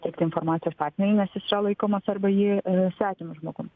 teikti informacijos partneriui nes jis yra laikomas arba ji svetimu žmogum